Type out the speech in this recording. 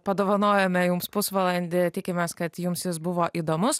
padovanojome jums pusvalandį tikimės kad jums jis buvo įdomus